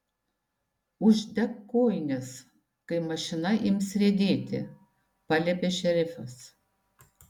uždek kojines kai mašina ims riedėti paliepė šerifas